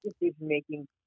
decision-making